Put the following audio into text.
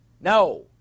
No